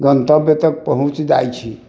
गन्तव्य तक पहुँच जाइ छी